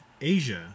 Asia